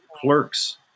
clerks